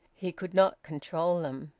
he could not control them.